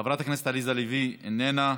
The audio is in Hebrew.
חברת הכנסת עליזה לביא, איננה,